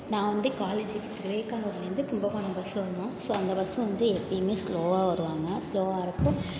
நான் வந்து காலேஜுக்கு ஊரிலேருந்து கும்பகோணம் பஸ் வரணும் ஸோ அந்த பஸ் வந்து எப்பயுமே ஸ்லோவாக வருவாங்க ஸ்லோவாக வரப்போது